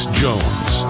jones